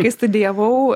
kai studijavau